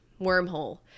wormhole